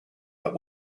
but